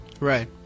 right